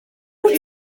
wyt